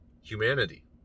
humanity